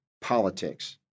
politics